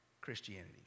Christianity